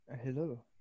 Hello